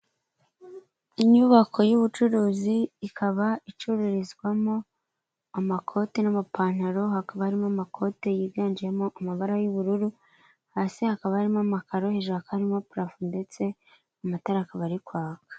Inyubako y'ubucuruzi ikaba icururizwamo amakoti n'amapantaro, hakaba harimo amakote yiganjemo amabara y'ubururu, hasi hakaba harimo amakaro, hejuru hakaba harimo parafo ndetse amatara akaba ari kwaka.